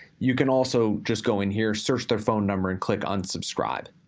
you can also just go in here search their phone number and click unsubscribe.